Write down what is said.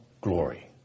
glory